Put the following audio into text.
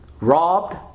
robbed